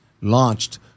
launched